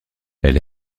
elle